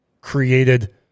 created